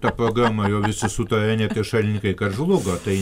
ta proga na jau visi sutaria net ir šalininkai kad žlugo tai